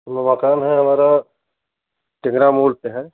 मकान है हमारा टिंगरामूल पर है